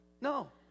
No